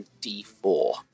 D4